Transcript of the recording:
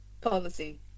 policy